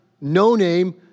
no-name